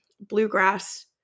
bluegrass